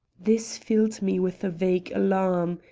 this filled me with a vague alarm.